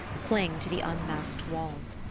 cling to the unmasked walls.